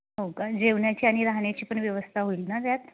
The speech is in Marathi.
हो का जेवण्याची आणि राहण्याची पण व्यवस्था होईल ना त्यात